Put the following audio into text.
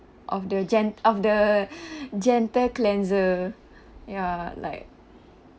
of the gen~ of the gentle cleanser ya like